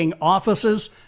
offices